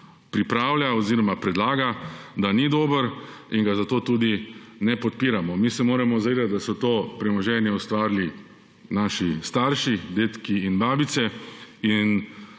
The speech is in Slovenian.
pripravlja oziroma predlaga, ni dober in ga zato tudi ne podpiramo. Mi se moramo zavedati, da so to premoženje ustvarili naši starši, dedki in babice, in